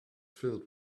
filled